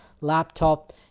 laptop